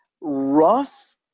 rough